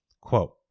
Quote